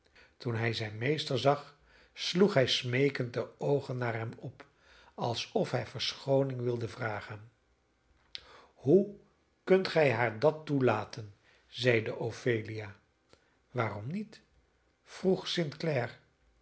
toen hij zijn meester zag sloeg hij smeekend de oogen naar hem op alsof hij verschooning wilde vragen hoe kunt gij haar dat toelaten zeide ophelia waarom niet vroeg